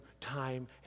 time